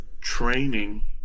training